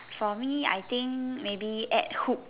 for me I think maybe add hoop